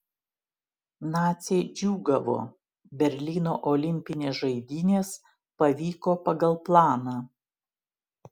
naciai džiūgavo berlyno olimpinės žaidynės pavyko pagal planą